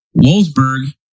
Wolfsburg